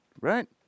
right